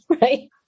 right